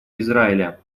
израиля